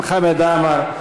גם חמד עמאר,